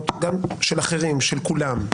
גם של אחרים, של כולם.